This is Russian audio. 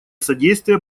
содействия